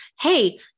Hey